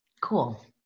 Cool